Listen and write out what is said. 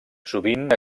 sovint